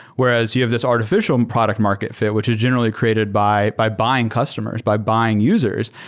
whereas you have this artificial and product market fit, which is generally created by by buying customers, by buying users,